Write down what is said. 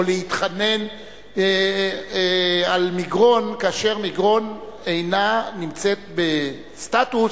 להתחנן על מגרון כאשר מגרון אינה נמצאת בסטטוס